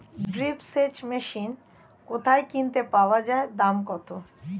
Drip সেচ machine কোথায় কিনতে পাওয়া যায় দাম কত?